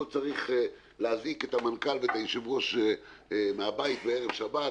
לא צריך להזעיק את המנכ"ל ואת היושב-ראש מהבית בערב שבת,